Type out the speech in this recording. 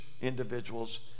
individuals